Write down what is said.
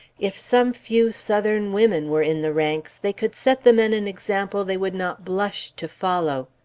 if some few southern women were in the ranks, they could set the men an example they would not blush to follow.